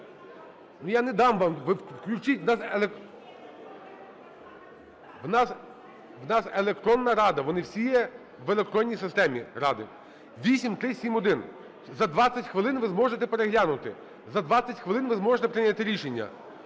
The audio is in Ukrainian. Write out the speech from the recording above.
В нас електронна "Рада", вони всі є в електронній системі "Ради". 8371. За 20 хвилин ви зможете переглянути. За 20 хвилин ви зможете прийняти рішення.